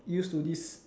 used to this